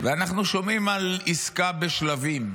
ואנחנו שומעים על עסקה בשלבים,